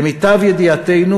למיטב ידיעתנו,